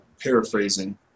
paraphrasing